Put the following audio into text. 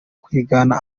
kwigana